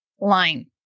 line